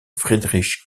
friedrich